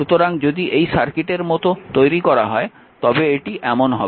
সুতরাং যদি এই সার্কিটের মতো তৈরি করা হয় তবে এটি এমন হবে